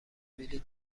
بلیط